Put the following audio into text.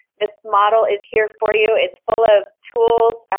this model is here for you. it's full of tools,